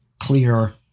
clear